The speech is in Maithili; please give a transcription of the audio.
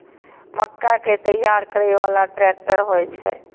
मक्का कै तैयार करै बाला ट्रेक्टर होय छै?